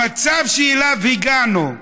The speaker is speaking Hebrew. המצב שאליו הגענו,